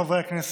חברי הכנסת,